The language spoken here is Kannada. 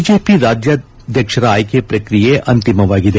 ಬಿಜೆಪಿ ರಾಜ್ಯಾಧ್ಯಕ್ಷರ ಆಯ್ಕೆ ಪ್ರಕ್ರಿಯೆ ಅಂತಿಮವಾಗಿದೆ